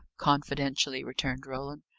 confidentially returned roland.